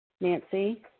Nancy